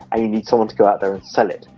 and you need someone to go out there and sell it.